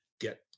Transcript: get